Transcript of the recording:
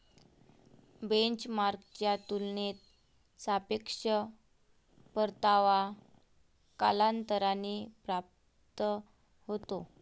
बेंचमार्कच्या तुलनेत सापेक्ष परतावा कालांतराने प्राप्त होतो